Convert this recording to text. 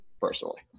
personally